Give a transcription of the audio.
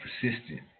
persistent